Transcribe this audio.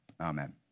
Amen